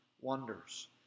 wonders